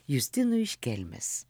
justinui iš kelmės